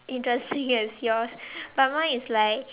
interesting as yours but mine is like